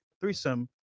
threesome